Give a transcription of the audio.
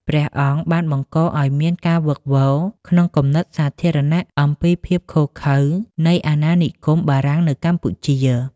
ព្រះអង្គបានបង្កឲ្យមានការវឹកវរក្នុងគំនិតសាធារណៈ អំពីភាពឃោរឃៅនៃអាណានិគមបារាំងនៅកម្ពុជា។